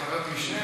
יש ועדת משנה,